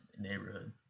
neighborhood